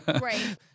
Right